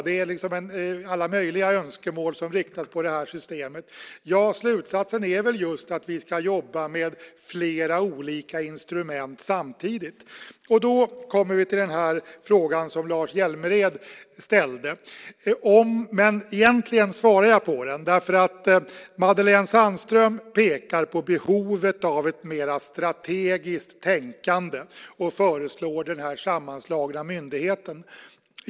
Det finns alla möjliga önskemål som riktas mot systemet. Slutsatsen är väl just att vi ska jobba med flera olika instrument samtidigt. Då kommer vi till frågan som Lars Hjälmered ställde. Jag svarade egentligen på den. Madelene Sandström pekar på behovet av ett mer strategiskt tänkande och föreslår den sammanslagna myndigheten.